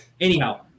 anyhow